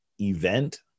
event